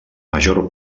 major